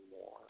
more